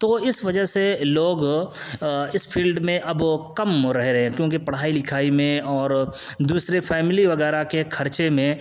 تو اس وجہ سے لوگ اس فیلڈ میں اب کم رہ رہے ہیں کیونکہ پڑھائی لکھائی میں دوسرے فیملی وغیرہ کے خرچے میں